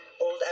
Old